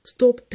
Stop